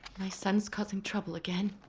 my son's causing trouble again.